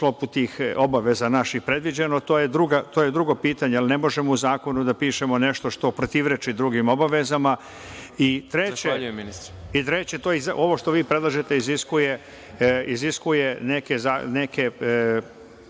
sklopu tih obaveza naših predviđeno, to je drugo pitanje. Ali, mi ne možemo u zakonu da pišemo nešto što protivreči drugim obavezama. Treće, ovo što vi predlažete iziskuje neke